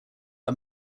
are